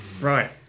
Right